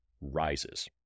rises